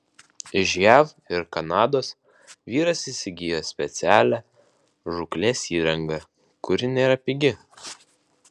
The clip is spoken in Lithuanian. iš jav ir kanados vyras įsigijo specialią žūklės įrangą kuri nėra pigi